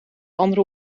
andere